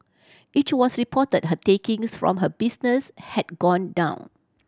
it was reported her takings from her businesses had gone down